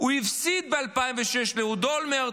הוא הפסיד ב-2006 לאהוד אולמרט.